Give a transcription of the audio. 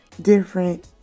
different